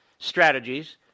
strategies